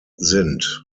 sind